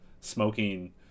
smoking